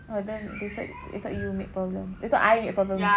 oh then they thought they thought you made problem they thought I made problem